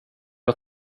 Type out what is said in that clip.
jag